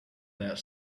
that